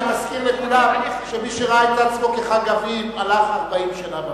רק תזכיר לכולם שמי שראה את עצמו כחגבים הלך 40 שנה במדבר.